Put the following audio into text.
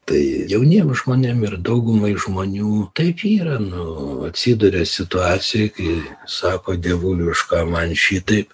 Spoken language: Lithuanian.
tai jauniem žmonėm ir daugumai žmonių taip yra nu atsiduria situacijoj kai sako dievuli už ką man šitaip